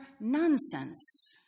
nonsense